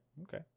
Okay